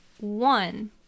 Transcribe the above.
one